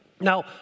Now